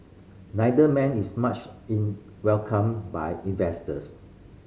neither man is much in welcomed by investors